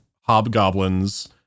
Hobgoblins